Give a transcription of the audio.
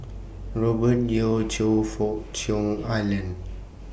Robert Yeo Choe Fook Cheong Alan